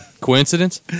Coincidence